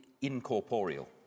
incorporeal